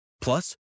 Plus